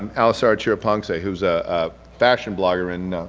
um alisara chirapongsed, who is a fashion blogger in